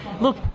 Look